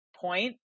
point